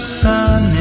sun